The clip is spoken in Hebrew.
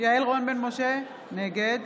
יעל רון בן משה, נגד